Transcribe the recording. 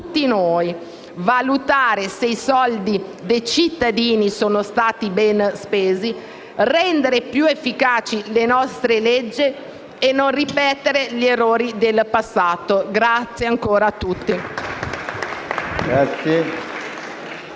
tutti noi: valutare se i soldi dei cittadini sono stati ben spesi, rendere più efficaci le nostre leggi e non ripetere gli errori del passato. *(Applausi